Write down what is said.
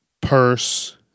purse